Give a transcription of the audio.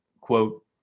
quote